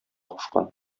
кушкан